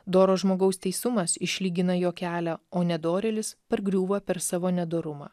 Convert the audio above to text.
doro žmogaus teisumas išlygina jo kelią o nedorėlis pargriūva per savo nedorumą